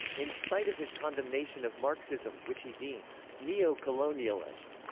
in spite of his condemnation of marxism, which he deemed neo-colonialist,